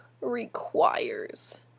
requires